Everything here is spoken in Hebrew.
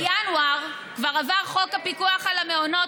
בינואר כבר עבר חוק הפיקוח על המעונות,